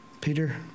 Peter